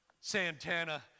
Santana